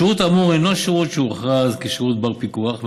השירות האמור אינו שירות שהוכרז כשירות בר-פיקוח,